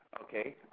Okay